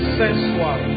sensual